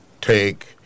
take